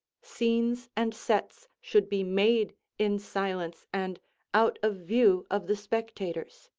scenes and sets should be made in silence and out of view of the spectators.